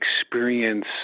experience